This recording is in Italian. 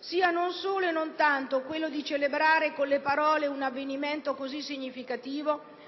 sia non solo e non tanto quello di celebrare con le parole un avvenimento così significativo,